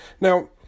Now